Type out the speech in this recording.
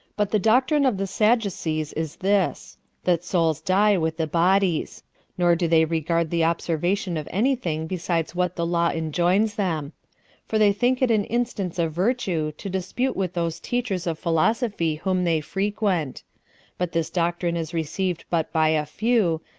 but the doctrine of the sadducees is this that souls die with the bodies nor do they regard the observation of any thing besides what the law enjoins them for they think it an instance of virtue to dispute with those teachers of philosophy whom they frequent but this doctrine is received but by a few,